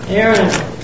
Aaron